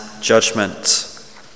judgment